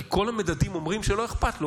כי כל המדדים אומרים שלא אכפת לו.